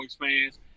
fans